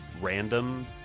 random